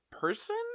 Person